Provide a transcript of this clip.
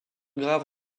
grave